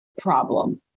problem